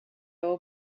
will